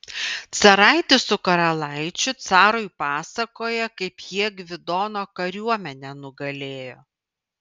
caraitis su karalaičiu carui pasakoja kaip jie gvidono kariuomenę nugalėjo